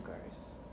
gross